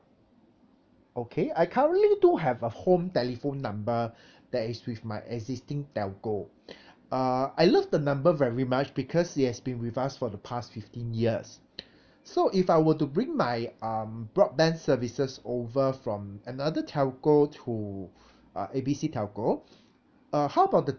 okay I currently do have a home telephone number that is with my existing telco uh I love the number very much because it has been with us for the past fifteen years so if I were to bring my um broadband services over from another telco to uh A B C telco uh how about the